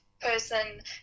person